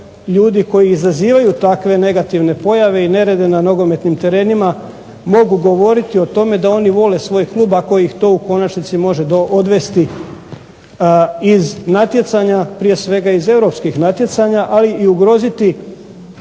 ljudi koji izazivaju takve negativne pojave i nerede na nogometnim terenima mogu govoriti o tome da oni vole svoj klub ako ih to u konačnici može odvesti iz natjecanja, prije svega iz europskih natjecanja, a i ugroziti